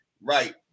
right